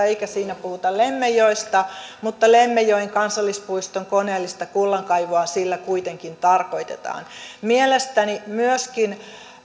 eikä siinä puhuta lemmenjoesta mutta lemmenjoen kansallispuiston koneellista kullankaivuuta sillä kuitenkin tarkoitetaan mielestäni myöskin